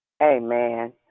Amen